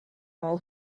all